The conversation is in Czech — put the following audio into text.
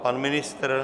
Pan ministr?